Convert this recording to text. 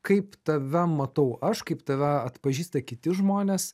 kaip tave matau aš kaip tave atpažįsta kiti žmonės